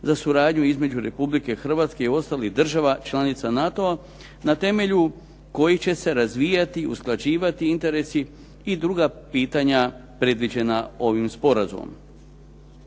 za suradnju između Republike Hrvatske i ostalih država članica NATO-a na temelju kojih će se razvijati i usklađivati interesi i druga pitanja predviđena ovim sporazumom.s